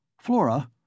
Flora